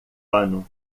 ano